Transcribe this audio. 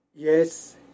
Yes